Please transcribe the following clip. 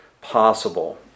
possible